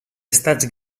estats